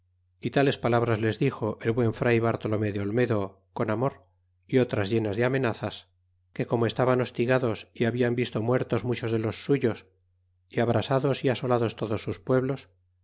y tales palabras les dixo el buen fray bartolomé de olmedo con amor y otras llenas de amenazas que como estaban hostigados y hablan visto muertos muchos de los suyos y abrasados y asolados todos sus pueblos